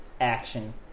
action